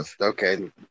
Okay